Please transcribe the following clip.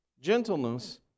gentleness